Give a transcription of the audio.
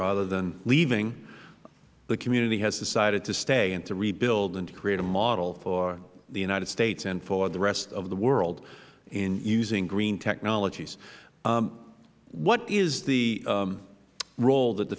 rather than leaving the community has decided to stay and to rebuild and create a model for the united states and for the rest of the world in using green technologies what is the role that the